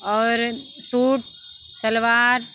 और सूट सलवार